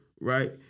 right